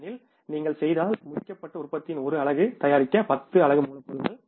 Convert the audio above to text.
ஏனெனில் முடிக்கப்பட்ட உற்பத்தியின் 1 அலகு தயாரிக்க 10 அலகு மூலப்பொருள் தேவை